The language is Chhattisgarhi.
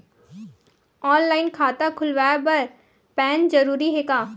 ऑनलाइन खाता खुलवाय बर पैन जरूरी हे का?